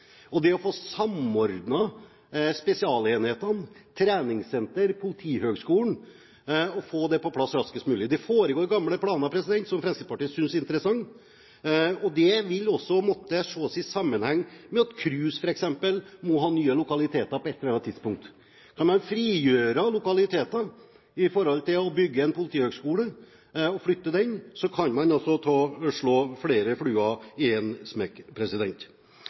plass raskest mulig. Det foreligger gamle planer som Fremskrittspartiet synes er interessante. Det vil også måtte ses i sammenheng med at f.eks. KRUS må ha nye lokaliteter på et eller annet tidspunkt. Kan man frigjøre lokaliteter ved å bygge en politihøgskole, og flytte den, kan man altså slå flere fluer i en smekk.